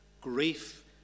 Grief